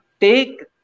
take